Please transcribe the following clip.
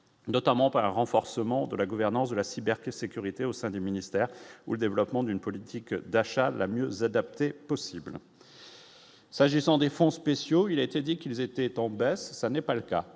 notamment par un renforcement de la gouvernance de la cyber quelle sécurité au sein des ministères ou le développement d'une politique d'achat, la mieux adaptée possible s'agissant des fonds spéciaux, il a été dit qu'ils étaient en baisse, ça n'est pas le cas,